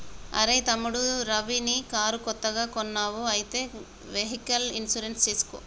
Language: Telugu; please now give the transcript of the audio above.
అరెయ్ తమ్ముడు రవి నీ కారు కొత్తగా కొన్నావ్ అయితే వెహికల్ ఇన్సూరెన్స్ చేసుకో